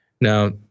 Now